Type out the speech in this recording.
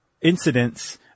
incidents